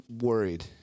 worried